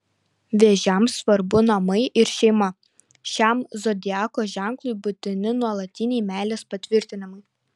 vėžiams svarbu namai ir šeima šiam zodiako ženklui būtini nuolatiniai meilės patvirtinimai